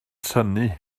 synnu